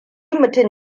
mutum